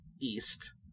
East